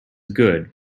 good